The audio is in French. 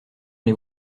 les